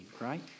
right